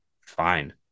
fine